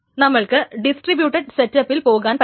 നമ്മൾക്ക് ഡിസ്ട്രിബ്യൂട്ടഡ് സെറ്റപ്പിൽ പോകാൻ പറ്റും